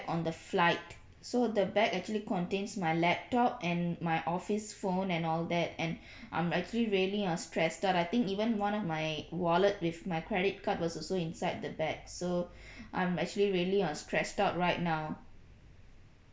on the flight so the bag actually contains my laptop and my office phone and all that and I'm actually really uh stressed out I think even one of my wallet with my credit card was also inside the bag so I'm actually really uh stressed out right now